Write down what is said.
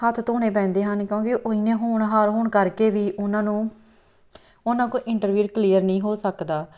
ਹੱਥ ਧੋਣੇ ਪੈਂਦੇ ਹਨ ਕਿਉਂਕਿ ਉਹ ਇੰਨੇ ਹੋਣਹਾਰ ਹੋਣ ਕਰਕੇ ਵੀ ਉਹਨਾਂ ਨੂੰ ਉਹਨਾਂ ਕੋਲ ਇੰਟਰਵਿਊ ਕਲੀਅਰ ਨਹੀਂ ਹੋ ਸਕਦਾ